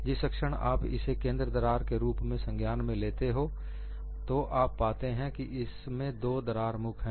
जिस क्षण आप इसे केंद्र दरार के रूप में संज्ञान में लेते हो तो आप पाते हैं कि इसमें दो दरार मुख हैं